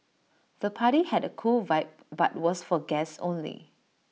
the party had A cool vibe but was for guests only